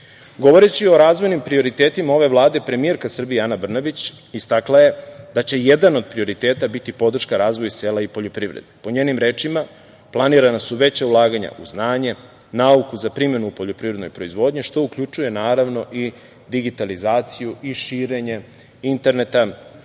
o razvojnim prioritetima ove Vlade, premijerka Srbije Ana Brnabić je istakla da će jedan od prioriteta biti podrška razvoju sela i poljoprivrede. Po njenim rečima planirana su veća ulaganja u znanje, nauku za primenu u poljoprivrednoj proizvodnji, što uključuje naravno i digitalizaciju i širenje interneta